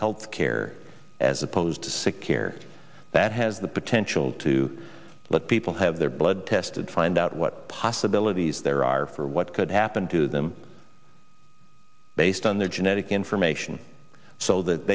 health care as opposed to sick care that has the potential to let people have their blood tested find out what possibilities there are for what could happen to them based on their genetic information so that